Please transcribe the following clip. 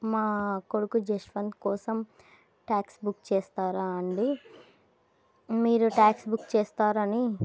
మా కొడుకు జశ్వంత్ కోసం ట్యాక్సీ బుక్ చేస్తారా అండి మీరు ట్యాక్సీ బుక్ చేస్తారని